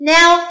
Now